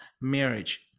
marriage